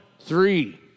Three